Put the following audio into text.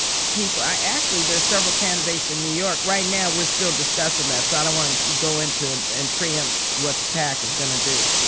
people. actually, there's several candidates in new york. right now we're still discussing that. so i don't want to go into and preempt what the pac is going to do,